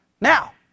now